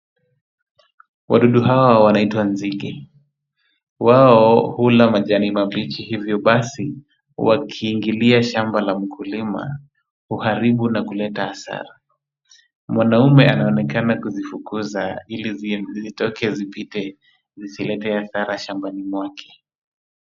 Wadudu hawa wanaitwa nzige. Wao hula majani mabichi hivyo basi, wakiingilia shamba la mkulima huharibu na kuleta hasara. Mwanaume anaonekana kuzifukuza ili zitoke zipite zisilete hasara shambani kwake.